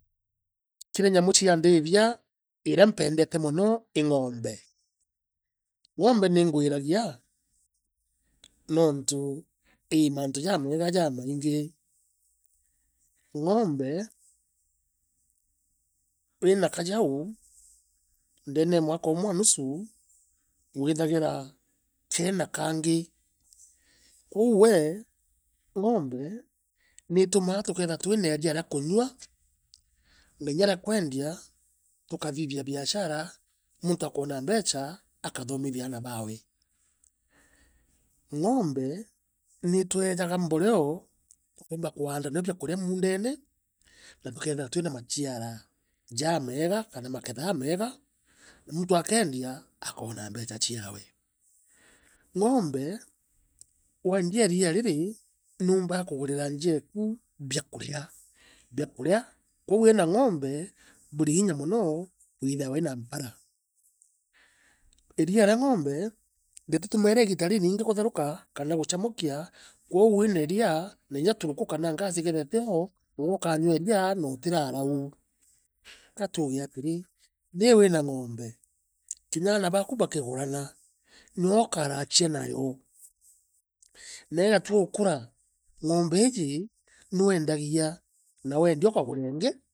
Kiri nyamu cia ndithia, iria mpendete mono ii ngombe. Ngombe ni ingwiragia nontu ii maantu jaamega jamaingi ngombe iina kajau ndeene e mwaka umwe na nusu withagira keena kangi. Kwou we, ngombe ni itumaa tukethira twina iria ria kunywa na inya ria kwendia tukathithia biashara muntu akoona mbecha, akathomithia aana baawe. Ngombe nitweejaga mboleo tukoomba i kuaanda neo biakuria muundene na tukeethira twina machiara jaamega kana mathetha jaamega na muntu akeendia akoona mbecha chiawe. Ngombe weendia iria riri, nuumbaa kugurira njaa eku biakuria bia kuria. Koou wina ngombe. buri inya mono kwithira wina mpara. Iria ria ngombe rititumaira igiita riringi kutheruka kana guchamukia kou wiina iria na inya turuku kana gas ikethia iteo. uuwe ukanyua iria na utirara uu. Ka tuuge atiri, rii wina ngombe, kinya aana baku bakigurana nio ukarachia nayo. Na igatua ukura, ngombe iiji nwendagia. na wendia ukagura iingi.